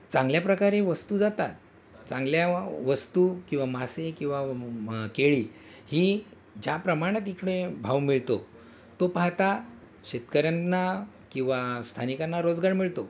चांगल्या प्रकारे वस्तू जातात चांगल्या वस्तू किंवा मासे किंवा केळी ही ज्या प्रमाणात इकडे भाव मिळतो तो पाहता शेतकऱ्यांना किंवा स्थानिकांना रोजगार मिळतो